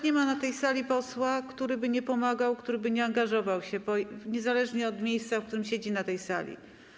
Nie ma na tej sali posła, który by nie pomagał, który by nie angażował się, niezależnie od miejsca, w którym siedzi na tej sali.